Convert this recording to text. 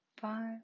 five